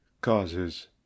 Causes